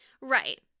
Right